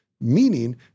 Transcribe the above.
meaning